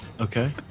Okay